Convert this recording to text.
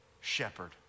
shepherd